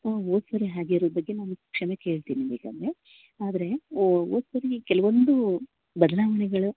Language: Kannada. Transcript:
ಹೋದ್ಸರಿ ಆಗಿರೋದಕ್ಕೆ ನಾನು ಕ್ಷಮೆ ಕೇಳ್ತೀನಿ ಬೇಕಾದರೆ ಆದರೆ ಹೋದ್ಸರಿ ಕೆಲವೊಂದು ಬದಲಾವಣೆಗಳು